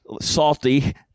salty